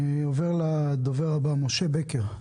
אני עובר לדובר הבא, ד"ר משה בקר.